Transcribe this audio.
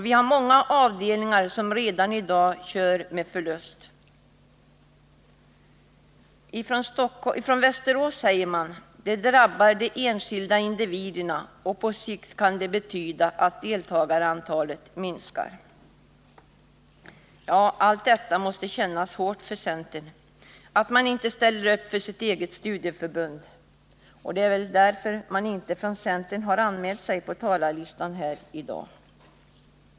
— ”Vi har många avdelningar som redan i dag kör med förlust.” I Västerås säger man: ”Detta drabbar de enskilda individerna och på sikt kan det betyda att deltagarantalet minskar.” Allt detta — att man inte ställer upp för sitt eget studieförbund — måste kännas hårt för centern. Det är väl därför som ingen från centern har anmält sig på talarlistan här i dag.